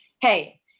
hey